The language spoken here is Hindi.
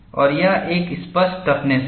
और यह एक स्पष्ट टफनेस है